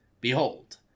Behold